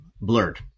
blurred